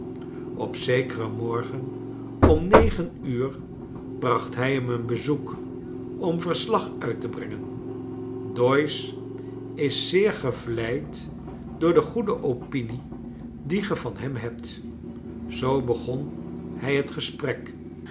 op zekeren morgen om negen uur bracht hij hem een bezoek om verslag uit te brengen doyce is zeer gevleid door de goede opinie die ge van hem hebt zoo begon hij het gesprek